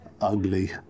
ugly